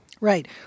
Right